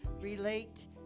relate